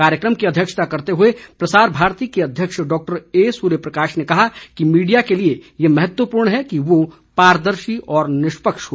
कार्यक्रम की अध्यक्षता करते हुए प्रसार भारती के अध्यक्ष डॉ ए सूर्य प्रकाश ने कहा कि मीडिया के लिए यह महत्वपूर्ण है कि वो पारदर्शी और निष्पक्ष हो